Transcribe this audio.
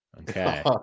Okay